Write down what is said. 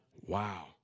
Wow